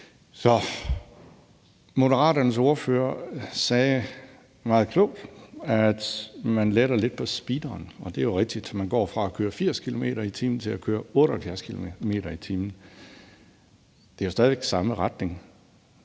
Moderaternes ordfører sagde meget klogt, at man letter lidt på speederen, og det er jo rigtigt; man går fra at køre 80 km/t. til at køre 78 km/t. Det er jo stadig væk samme retning,